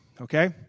Okay